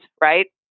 right